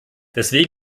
deswegen